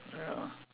ya